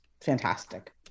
fantastic